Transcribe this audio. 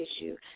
issue